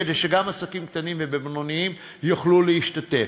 כדי שגם עסקים קטנים ובינוניים יוכלו להשתתף.